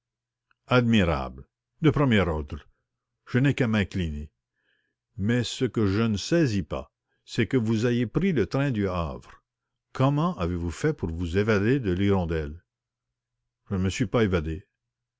admirable de premier ordre mais ce que je ne saisis pas c'est que vous ayez pris le train du havre comment avez-vous fait pour vous évader de l hirondelle je ne me suis pas évadé